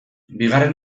bigarren